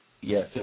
Yes